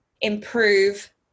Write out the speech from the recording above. improve